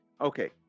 Okay